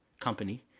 company